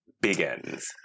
begins